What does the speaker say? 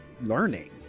learning